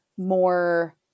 more